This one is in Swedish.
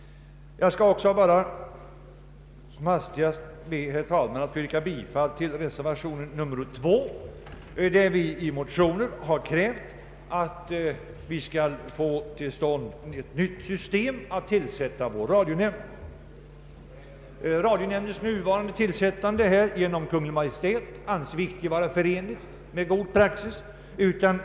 Jag ber, herr talman, att få yrka bifall till reservationen 2, där vi kräver att få ett nytt system för tillsättande av radionämnden. Radionämnden utses för närvarande av Kungl. Maj:t, vilket vi anser vara ett olämpligt system.